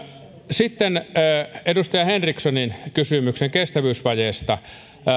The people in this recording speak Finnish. sitten edustaja henrikssonin kysymykseen kestävyysvajeesta